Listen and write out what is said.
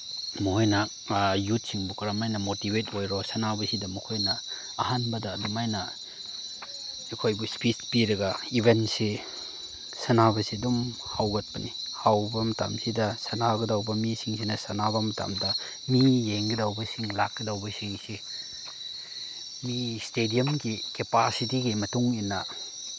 ꯃꯈꯣꯏꯅ ꯌꯨꯠꯁꯤꯡꯕꯨ ꯀꯔꯝ ꯍꯥꯏꯅ ꯃꯣꯇꯤꯚꯦꯠ ꯑꯣꯏꯔꯣ ꯁꯥꯟꯅꯕꯁꯤꯗ ꯃꯈꯣꯏꯅ ꯑꯍꯥꯟꯕꯗ ꯑꯗꯨꯃꯥꯏꯅ ꯑꯩꯈꯣꯏꯕꯨ ꯏꯁꯄꯤꯆ ꯄꯤꯔꯒ ꯏꯚꯦꯟꯁꯤ ꯁꯥꯟꯅꯕꯁꯤ ꯑꯗꯨꯝ ꯍꯧꯒꯠꯄꯅꯤ ꯍꯧꯕ ꯃꯇꯝꯁꯤꯗ ꯁꯥꯟꯅꯒꯗꯧꯕ ꯃꯤꯁꯤꯡꯁꯤꯅ ꯁꯥꯟꯅꯕ ꯃꯇꯝꯗ ꯃꯤ ꯌꯦꯡꯒꯗꯧꯕꯁꯤꯡ ꯂꯥꯛꯀꯗꯧꯕꯁꯤꯡꯁꯤ ꯃꯤ ꯏꯁꯇꯦꯗꯤꯌꯝꯒꯤ ꯀꯦꯄꯥꯁꯤꯇꯤꯒꯤ ꯃꯇꯨꯡ ꯏꯟꯅ